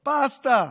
פסטה.